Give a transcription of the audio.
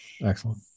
Excellent